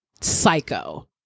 psycho